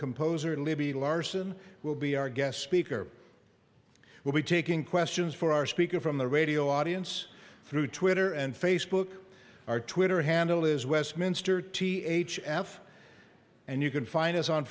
composer libby larsen will be our guest speaker we'll be taking questions for our speakers from the radio audience through twitter and facebook or twitter handle is westminster t h f and you can find us on